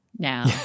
Now